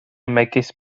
megis